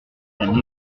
examen